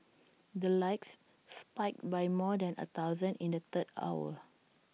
the likes spiked by more than A thousand in the third hour